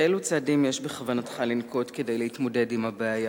אילו צעדים יש בכוונתך לנקוט כדי להתמודד עם הבעיה?